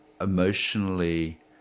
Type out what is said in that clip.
emotionally